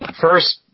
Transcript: First